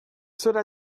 cela